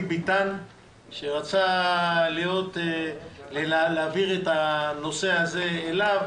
ביטן שרצה להעביר את הנושא הזה אליו.